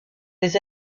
les